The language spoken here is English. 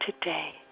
today